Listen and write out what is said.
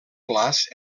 clars